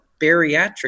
bariatric